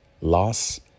loss